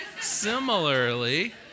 similarly